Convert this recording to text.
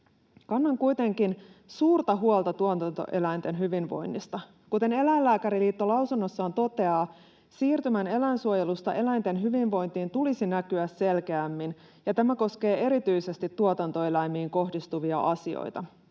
Kannan kuitenkin suurta huolta tuotantoeläinten hyvinvoinnista. Kuten Eläinlääkäriliitto lausunnossaan toteaa, siirtymän eläinsuojelusta eläinten hyvinvointiin tulisi näkyä selkeämmin, ja tämä koskee erityisesti tuotantoeläimiin kohdistuvia asioita.